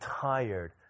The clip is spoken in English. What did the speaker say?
tired